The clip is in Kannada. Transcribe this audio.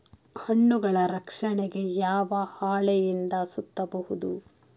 ಹಣ್ಣುಗಳ ರಕ್ಷಣೆಗೆ ಯಾವ ಹಾಳೆಯಿಂದ ಸುತ್ತಬಹುದು?